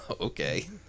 Okay